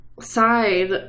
side